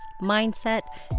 mindset